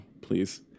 please